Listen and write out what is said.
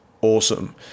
awesome